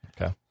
Okay